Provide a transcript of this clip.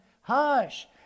hush